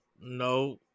No